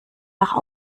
nach